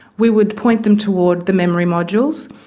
we would point them toward the memory modules.